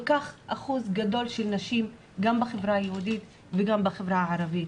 מאחוז גדול מאוד של נשים גם בחברה היהודית וגם בחברה הערבית.